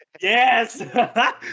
Yes